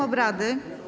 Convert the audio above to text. obrady.